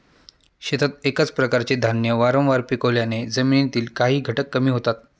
शेतात एकाच प्रकारचे धान्य वारंवार पिकवल्याने जमिनीतील काही घटक कमी होतात